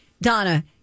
Donna